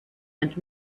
and